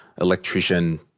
electrician